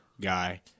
guy